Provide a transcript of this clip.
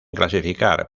clasificar